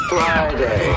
Friday